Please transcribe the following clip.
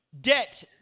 Debt